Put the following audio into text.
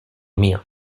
mío